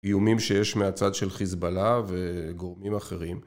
איומים שיש מהצד של חיזבאללה וגורמים אחרים